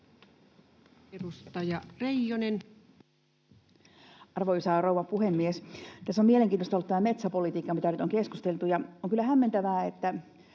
Arvoisa rouva puhemies! Tässä on mielenkiintoista ollut tämä metsäpolitiikka, mitä nyt on keskusteltu. On kyllä hämmentävää, että